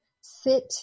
sit